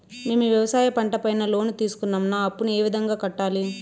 మేము వ్యవసాయ పంట పైన లోను తీసుకున్నాం నా అప్పును ఏ విధంగా కట్టాలి